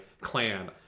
clan